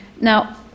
Now